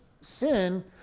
sin